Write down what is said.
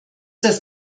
das